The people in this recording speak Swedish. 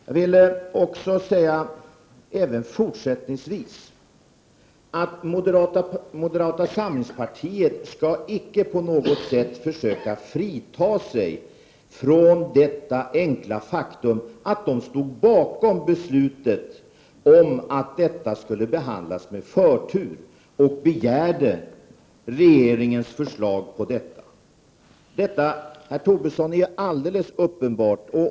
Moderata samlingspartiet skall även fortsättningsvis icke på något sätt försöka frita sig från detta enkla faktum att moderaterna stod bakom beslutet att denna fråga skulle behandlas med förtur, och de begärde förslag från regeringen. Detta är alldeles uppenbart, herr Tobisson.